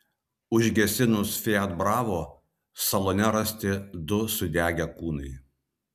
užgesinus fiat bravo salone rasti du sudegę kūnai